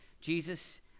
Jesus